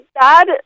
dad